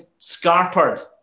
scarpered